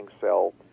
cell